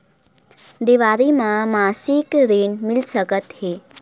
देवारी म मासिक ऋण मिल सकत हे?